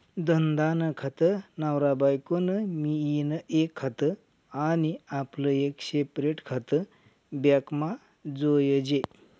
धंदा नं खातं, नवरा बायको नं मियीन एक खातं आनी आपलं एक सेपरेट खातं बॅकमा जोयजे